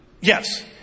Yes